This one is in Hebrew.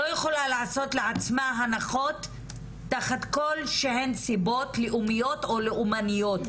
לא יכולה לעשות לעצמה הנחות תחת כל שהן סיבות לאומיות או לאומניות